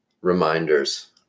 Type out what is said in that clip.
reminders